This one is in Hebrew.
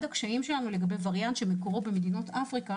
אחד הקשיים שלנו לגבי וריאנט שמקורו במדינות אפריקה